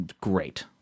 great